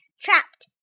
Trapped